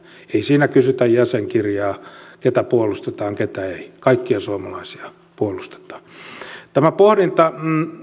ei siinä kysytä jäsenkirjaa ketä puolustetaan ja ketä ei kaikkia suomalaisia puolustetaan tämä pohdinta